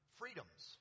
freedoms